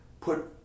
put